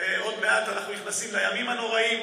ועוד מעט אנחנו נכנסים לימים הנוראים.